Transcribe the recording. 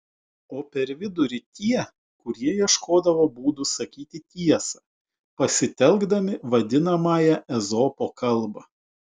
o per vidurį tie kurie ieškodavo būdų sakyti tiesą pasitelkdami vadinamąją ezopo kalbą